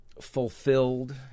fulfilled